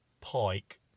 pike